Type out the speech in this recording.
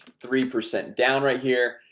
three percent down right here.